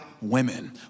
women